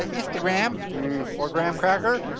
ah instagram or graham cracker,